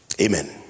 Amen